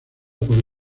por